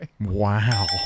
Wow